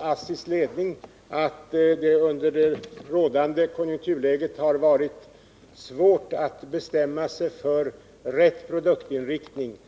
ASSI:s ledning anger att det under det rådande konjunkturläget har varit svårt att bestämma sig för rätt produktinriktning.